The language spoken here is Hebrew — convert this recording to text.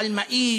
חלמאי,